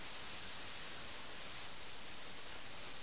ദയവായി പീസ് തിരികെ വയ്ക്കുക